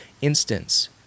instance